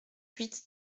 huit